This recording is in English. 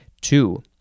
Two